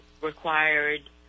required